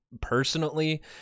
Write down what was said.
personally